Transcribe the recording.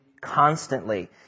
constantly